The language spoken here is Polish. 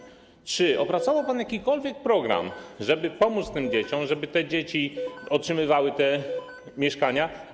Czy opracował pan jakikolwiek program, żeby pomóc tym dzieciom, żeby te dzieci otrzymywały te mieszkania?